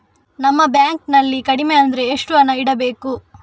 ನಮ್ಮ ಬ್ಯಾಂಕ್ ನಲ್ಲಿ ಕಡಿಮೆ ಅಂದ್ರೆ ಎಷ್ಟು ಹಣ ಇಡಬೇಕು?